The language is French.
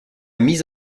mise